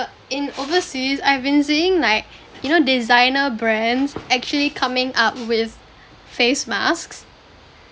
in overseas I've been seeing like you know designer brands actually coming up with face masks